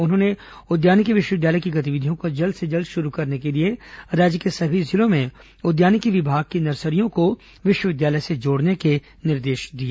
उन्होंने उद्यानिकी विश्वविद्यालय की गतिविधियों को जल्द से जल्द शुरू करने के लिए राज्य के सभी जिलों में उद्यानिकी विभाग की नर्सरियों को विश्वविद्यालय से जोड़ने के निर्देश दिए